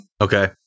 Okay